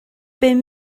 bum